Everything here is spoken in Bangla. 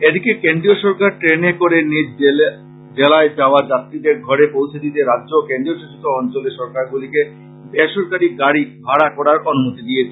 এদিকে কেন্দ্রীয় সরকার ট্রেনে করে নিগ জেলায় যাওয়া যাত্রীদের ঘরে পৌছে দিতে রাজ্য ও কেন্দ্রীয় শাসিত অঞ্চলের সরকারগুলিকে বেসরকারী গাড়ী ভাড়া করার অনুমতি দিয়েছে